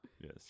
Yes